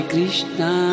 Krishna